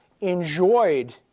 enjoyed